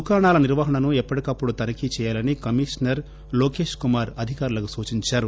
దుకాణాల నిర్వహణను ఎప్పటికప్పుడు తనిఖీ చేయాలని కమిషనర్ లోకేశ్ కుమార్ అధికారులకు సూచించారు